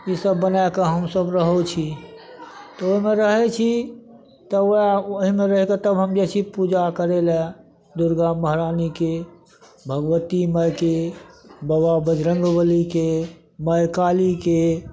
इसब बनए कऽ हमसब रहै छी तऽ ओहिमे रहै छी तऽ वएह एहिमे रहि कऽ तब हम जाइ छी पूजा करै लए दुर्गा महरानीके भगबत्ती माय के बाबा बजरंगबलीके माय कालीके